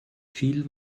viel